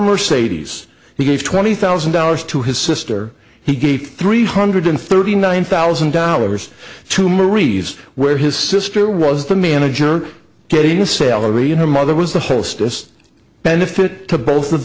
mercedes he gave twenty thousand dollars to his sister he gave three hundred thirty nine thousand dollars to marie's where his sister was the manager katie salary and her mother was the whole state's benefit to both of